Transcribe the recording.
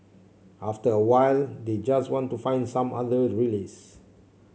after a while they just want to find some other release